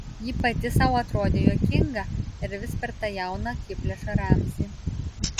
ji pati sau atrodė juokinga ir vis per tą jauną akiplėšą ramzį